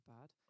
bad